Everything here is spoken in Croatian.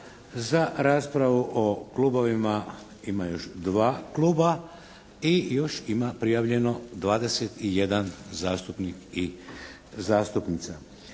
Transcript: Za raspravu o klubovima ima još 2 kluba. I još ima prijavljeno 21 zastupnik i zastupnica.